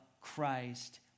Christ